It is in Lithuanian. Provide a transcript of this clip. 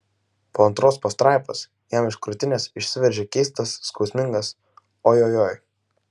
po antros pastraipos jam iš krūtinės išsiveržė keistas skausmingas ojojoi